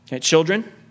Children